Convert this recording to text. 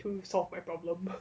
software problem